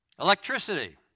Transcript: electricity